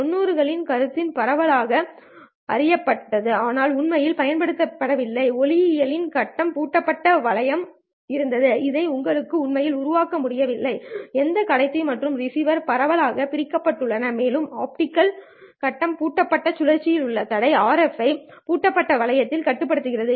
90 களின் கருத்தில் பரவலாக அறியப்பட்டது ஆனால் உண்மையில் பயன்படுத்தப்படவில்லை ஒளியியல் கட்ட பூட்டப்பட்ட வளையம் இருந்தது இதை உங்களால் உண்மையில் உருவாக்க முடியவில்லை எந்த கடத்தி மற்றும் ரிசீவர் பரவலாக பிரிக்கப்பட்டன மேலும் ஆப்டிகல் கட்ட பூட்டப்பட்ட சுழற்சியில் உள்ள தடைகள் RF கட்ட பூட்டப்பட்ட வளையத்தில் கட்டுப்படுத்தப்படுகின்றன